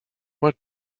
what